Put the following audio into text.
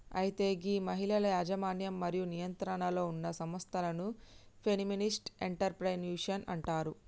అయితే గీ మహిళల యజమన్యం మరియు నియంత్రణలో ఉన్న సంస్థలను ఫెమినిస్ట్ ఎంటర్ప్రెన్యూరిల్ అంటారు